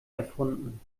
erfunden